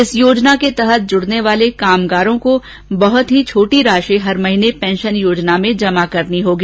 इस योजना के तहत जुड़ने वाले कामगारों को बहत ही छोटी राशि हर महीने पेंशन योजना में जमा करनी होगी